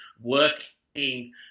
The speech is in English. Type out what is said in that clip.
working